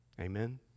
Amen